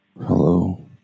Hello